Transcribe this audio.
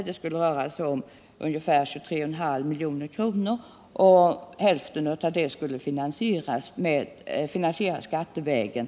Det skulle röra sig om ungefär 23,5 milj.kr., varav, enligt CSN, hälften skulle finansieras skattevägen.